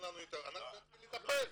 אנחנו נטפל.